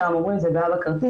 ושע"ם אומרים 'זו תקלה בכרטיס',